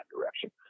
direction